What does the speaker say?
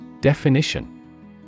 Definition